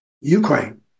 Ukraine